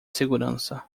segurança